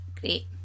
great